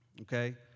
Okay